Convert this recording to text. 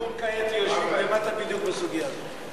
ראש הממשלה ושר השיכון כעת יושבים למטה בדיוק בסוגיה הזאת.